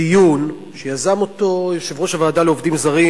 דיון שיזם יושב-ראש הוועדה לעובדים זרים,